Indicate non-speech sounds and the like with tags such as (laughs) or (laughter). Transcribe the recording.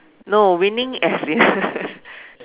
no winning as in (laughs)